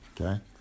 okay